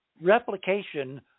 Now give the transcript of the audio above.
replication